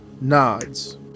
nods